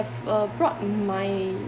uh brought in my